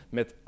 met